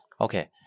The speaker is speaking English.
okay